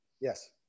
Yes